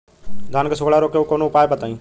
धान के सुखड़ा रोग के कौनोउपाय बताई?